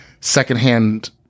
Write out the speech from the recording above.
secondhand